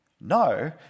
No